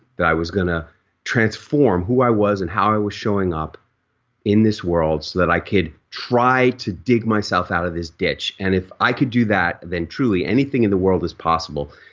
that i was going to transform who i was and how i was showing up in this world so that i could try to dig myself out of this ditch. and if i could do that then truly anything in the world is possible.